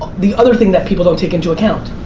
the other thing that people don't take into account.